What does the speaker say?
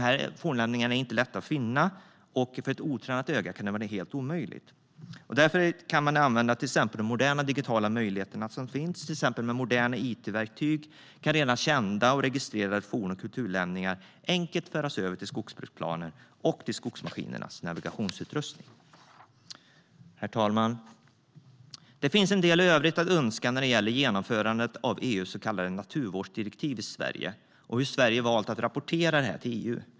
Fornlämningarna är inte lätta att finna. För ett otränat öga kan det vara helt omöjligt. Därför kan man använda till exempel de moderna digitala möjligheter som finns. Med moderna it-verktyg kan redan kända och registrerade forn och kulturlämningar enkelt föras över till skogsbruksplaner och till skogsmaskinernas navigationsutrustning. Herr talman! Det finns en del övrigt att önska när det gäller genomförandet av EU:s så kallade naturvårdsdirektiv i Sverige och hur Sverige har valt att rapportera det här till EU.